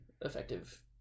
effective